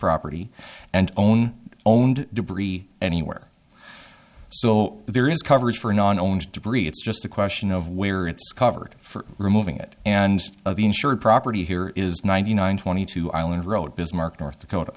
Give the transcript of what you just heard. property and own owned debris anywhere so there is coverage for non owners debris it's just a question of where it's covered for removing it and insured property here is ninety nine twenty two island road bismarck north dakota